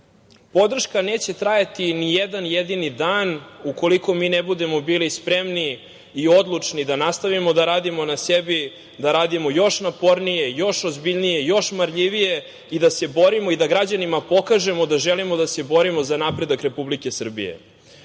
podrška neće trajati ni jedan jedini dan ukoliko mi ne budemo bili spremni i odlučni da nastavimo da radimo na sebi, da radimo još napornije, još ozbiljnije, još marljivije i da se borimo i da građanima pokažemo da želimo da se borimo za napredak Republike Srbije. Kako